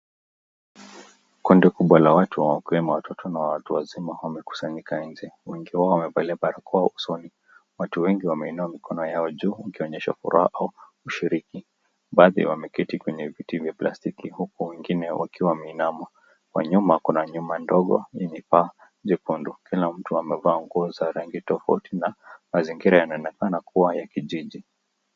Kundi kubwa la watu wakiwemo watoto na watu wazima, wamekusanyika nje .Wengi wao wamevalia barakoa usoni, watu wengi wameinua mikono yao juu, ikionyesha furaha au ushiriki .Baadhi wameketi kwenye viti vya plastiki huku wengine wakiwa wameinama. Kwa nyuma kuna nyumba ndogo yenye paa jekundu, kila mtu amevaa nguo za rangi tofauti na mazingira yanaonekana kuwa ya kijiji.